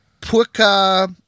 puka